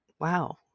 Wow